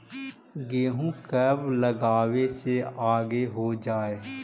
गेहूं कब लगावे से आगे हो जाई?